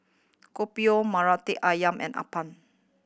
Kopi O Murtabak Ayam and appam